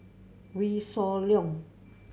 Wee Shoo Leong